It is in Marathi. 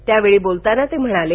यावेळी बोलताना ते म्हणाले